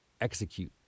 execute